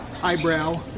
Eyebrow